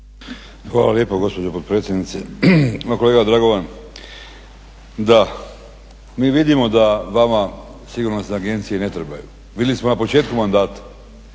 Hvala lijepa gospođo potpredsjednice. Kolega Dragovan, da, mi vidimo da vama sigurnosne agencije ne trebaju. Vidjeli smo na početku mandata